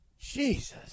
Jesus